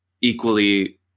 equally